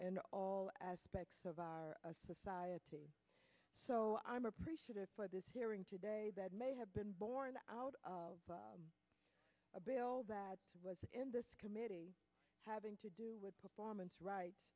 and all aspects of our society so i'm appreciative for this hearing today that may have been borne out of a bill that was in this committee having to do with performance right